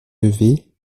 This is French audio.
levée